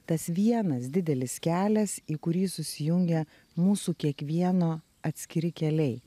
tas vienas didelis kelias į kurį susijungia mūsų kiekvieno atskiri keliai